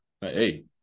hey